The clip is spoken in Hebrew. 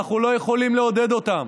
אנחנו לא יכולים לעודד אותם.